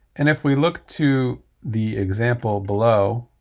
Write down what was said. and, if we look to the example below,